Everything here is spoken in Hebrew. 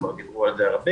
כבר דיברו על זה הרבה.